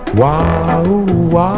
Wow